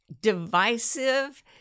divisive